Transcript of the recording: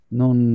non